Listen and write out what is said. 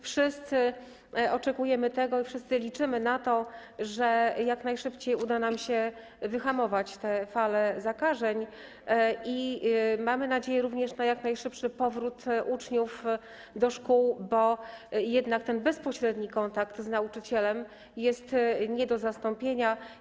Wszyscy oczekujemy tego i wszyscy liczymy na to, że jak najszybciej uda nam się wyhamować tę falę zakażeń, i mamy nadzieję na jak najszybszy powrót uczniów do szkół, bo jednak bezpośredni kontakt z nauczycielem jest nie do zastąpienia.